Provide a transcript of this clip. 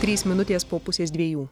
trys minutės po pusės dviejų